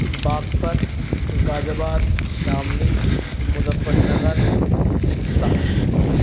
Baghpat Ghaziabad Shamli Muzaffarnagar Saharanpur